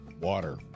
water